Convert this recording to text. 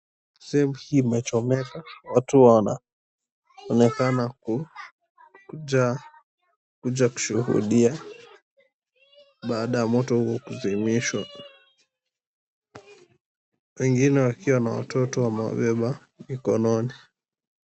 Sehemu hii imechomeka, watu wanaonekana kuja kushuhudia baada ya moto huo kuzimishwa. Wengine wakiwa na watoto wamewabeba mikononi.